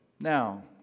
Now